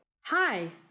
Hi